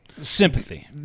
Sympathy